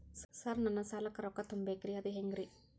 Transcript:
Sir ನನ್ನ ಸಾಲಕ್ಕ ರೊಕ್ಕ ತುಂಬೇಕ್ರಿ ಅದು ಹೆಂಗ್ರಿ?